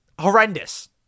horrendous